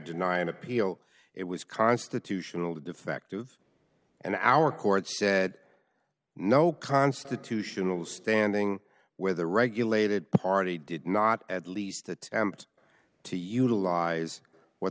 deny an appeal it was constitutional defective and our court said no constitutional standing where the regulated party did not at least attempt to utilize what